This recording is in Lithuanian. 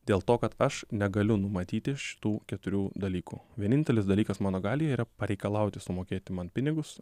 dėl to kad aš negaliu numatyti šitų keturių dalykų vienintelis dalykas mano galioje yra pareikalauti sumokėti man pinigus